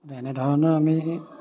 এনেধৰণৰ আমি